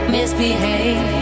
Misbehave